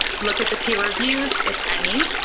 look at the peer reviews, if any.